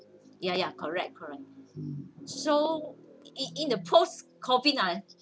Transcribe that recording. ya ya correct correct so in in the post COVID ah